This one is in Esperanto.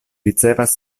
ricevas